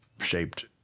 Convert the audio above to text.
shaped